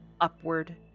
upward